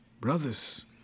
brothers